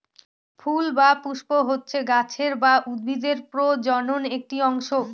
ফুল বা পুস্প হচ্ছে গাছের বা উদ্ভিদের প্রজনন একটি অংশ